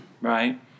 right